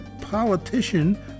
politician